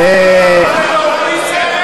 זמן הפציעות כבר לא על חשבונך.